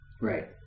Right